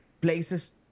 places